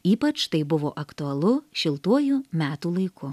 ypač tai buvo aktualu šiltuoju metų laiku